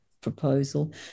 proposal